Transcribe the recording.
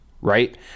right